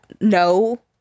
no